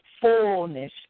fullness